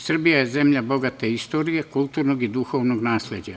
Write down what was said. Srbija je zemlja bogate istorije, kulturnog i duhovnog nasleđa.